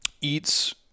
eats